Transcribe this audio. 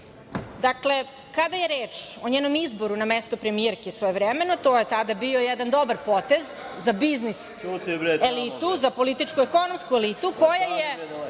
10.30Dakle, kada je reč o njenom izboru na mestu premijerke svojevremeno, to je tada bio jedan dobar potez za biznis elitu, za političko-ekonomsku elitu, koja je